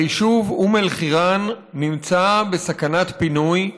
היישוב אום אל-חיראן נמצא בסכנת פינוי.